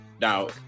now